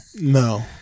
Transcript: No